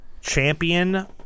Champion